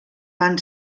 van